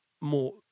more